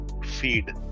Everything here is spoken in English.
feed